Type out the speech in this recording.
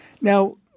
Now